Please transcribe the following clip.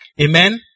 Amen